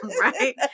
Right